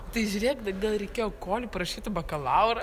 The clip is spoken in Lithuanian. tai žiūrėk gal reikėjo kolį parašyti bakalaurą